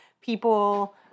people